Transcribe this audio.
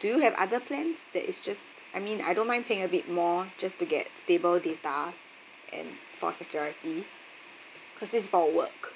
do you have other plans that is just I mean I don't mind paying a bit more just to get stable data and for security cause this is for work